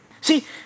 See